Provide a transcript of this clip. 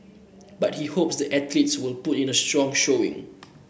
but he hopes the athletes will put in a strong showing